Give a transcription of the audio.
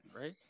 right